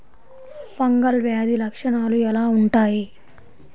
Fungal వ్యాధి లక్షనాలు ఎలా వుంటాయి?